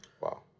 Wow